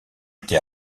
été